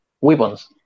weapons